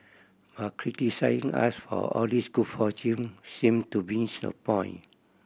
but criticising us for all this good fortune seem to miss the point